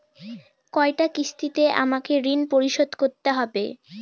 কয়টা কিস্তিতে আমাকে ঋণ পরিশোধ করতে হবে?